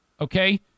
okay